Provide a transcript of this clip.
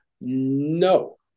no